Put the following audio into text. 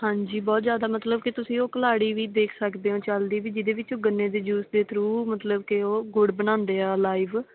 ਹਾਂਜੀ ਬਹੁਤ ਜ਼ਿਆਦਾ ਮਤਲਬ ਕਿ ਤੁਸੀਂ ਉਹ ਘਲਾੜੀ ਵੀ ਦੇਖ ਸਕਦੇ ਹੋ ਚੱਲਦੀ ਵੀ ਜਿਹਦੇ ਵਿੱਚ ਉਹ ਗੰਨੇ ਦੇ ਜੂਸ ਦੇ ਥਰੂ ਮਤਲਬ ਕਿ ਉਹ ਗੁੜ ਬਣਾਉਂਦੇ ਹਾਂ ਲਾਈਵ